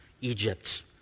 Egypt